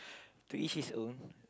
to eat his own